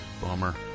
bummer